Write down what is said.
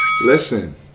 Listen